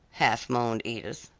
half moaned edith.